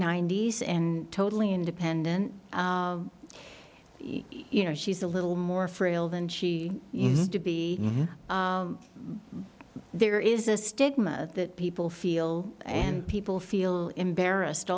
ninety's and totally independent you know she's a little more frail than she used to be there is a stigma that people feel and people feel embarrassed